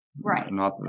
Right